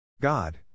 God